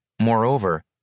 Moreover